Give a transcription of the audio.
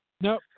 No